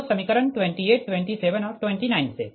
तो समीकरण 28 27 और 29 से